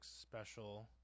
special